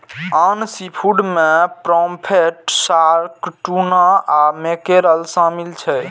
आन सीफूड मे pomfret, shark, tuna आ मैकेरल शामिल छै